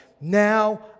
Now